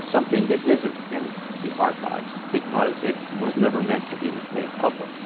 something that isn't in the archives because it was never meant to be made public.